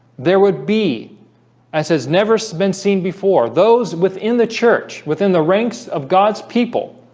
there would be as has never spent seen before those within the church within the ranks of god's people